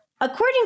According